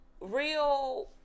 real